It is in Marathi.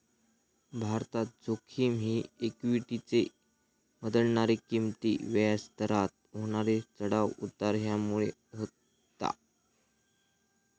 बाजारात जोखिम ही इक्वीटीचे बदलणारे किंमती, व्याज दरात होणारे चढाव उतार ह्यामुळे होता